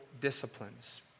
disciplines